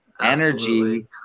energy